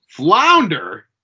Flounder